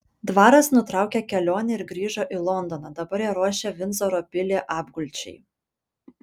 dvaras nutraukė kelionę ir grįžo į londoną dabar jie ruošia vindzoro pilį apgulčiai